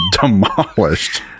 demolished